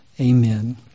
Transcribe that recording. Amen